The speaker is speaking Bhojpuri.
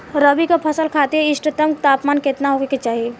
रबी क फसल खातिर इष्टतम तापमान केतना होखे के चाही?